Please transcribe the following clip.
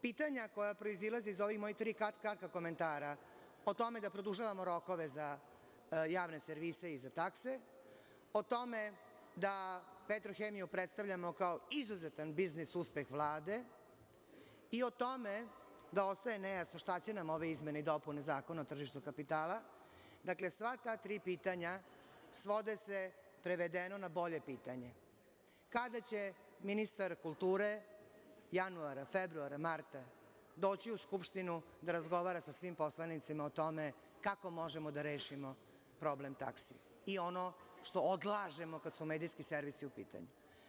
Pitanja koja proizilaze iz ova moja tri kratka komentara o tome da produžavamo rokove za javne servise i za takse, o tome da Petrohemiju predstavljamo kao izuzetan biznis uspeh Vlade, i o tome da ostaje nejasno šta će nam ove izmene i dopune Zakona o tržištu kapitala, dakle sva ta tri pitanja svode se prevedeno na bolje pitanje – kada će ministar kulture, januara, februara, marta, doći u Skupštinu da razgovara o svim poslanicima o tome kako možemo da rešimo problem taksi, i ono što odlažemo, kada su medijski servisi u pitanju.